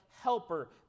helper